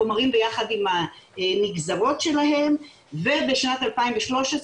חומרים ביחד עם הנגזרות שלהם ובשנת 2013,